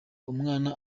umwana